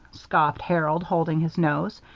scoffed harold, holding his nose.